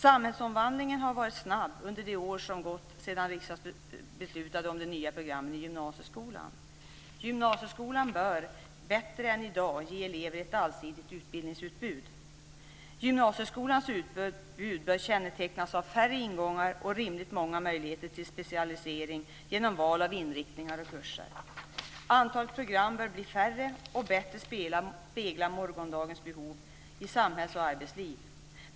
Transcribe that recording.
Samhällsomvandlingen har varit snabb under de år som gått sedan riksdagen beslutade om de nya programmen i gymnasieskolan. Gymnasieskolan bör bättre än i dag ge elever ett allsidigt utbildningsutbud. Gymnasieskolans utbud bör kännetecknas av färre ingångar och rimligt många möjligheter till specialisering genom val av inriktningar och kurser. Antalet program bör bli färre, och bättre spegla morgondagens behov i samhälls och arbetsliv.